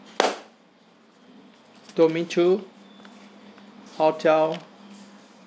domain two hotel